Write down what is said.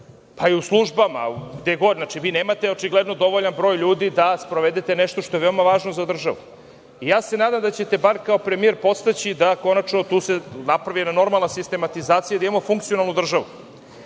pa i u službama. Znači, vi nemate očigledno dovoljan broj ljudi da sprovedete nešto što je veoma važno za državu. Nadam se da ćete bar kao premijer podstaći da se konačno tu napravi normalna sistematizacija i da imamo funkcionalnu